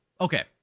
Okay